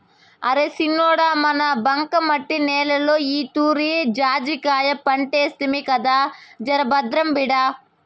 అరే సిన్నోడా మన బంకమట్టి నేలలో ఈతూరి జాజికాయ పంటేస్తిమి కదా జరభద్రం బిడ్డా